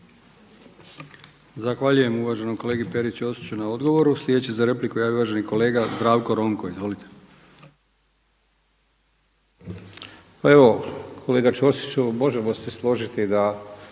Zahvaljujem uvaženom kolegi Peri Ćosiću na odgovoru. Sljedeći za repliku javio se uvaženi kolega Zdravko Ronko. Izvolite. **Ronko, Zdravko (SDP)** Pa evo, kolega Ćosiću možemo se složiti da